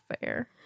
fair